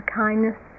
kindness